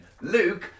Luke